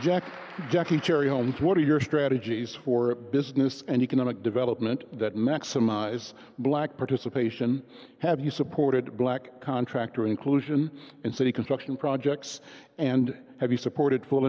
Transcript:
jack jackie cherryholmes what are your strategies for business and economic development that maximize black participation have you supported black contractor inclusion in city construction projects and have you supported full